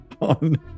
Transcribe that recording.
on